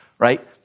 Right